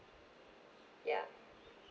ya